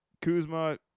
Kuzma